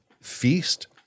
feast